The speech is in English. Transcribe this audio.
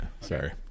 sorry